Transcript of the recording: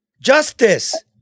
Justice